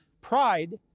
pride